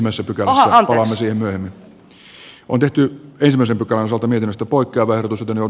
ritva elomaa on kimmo kivelän kannattamana ehdottanut että pykälä poistetaan